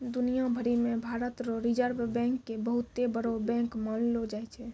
दुनिया भरी मे भारत रो रिजर्ब बैंक के बहुते बड़ो बैंक मानलो जाय छै